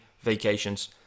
vacations